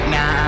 Now